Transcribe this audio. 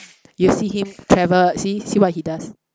you see him travel see see what he does